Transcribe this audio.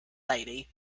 lady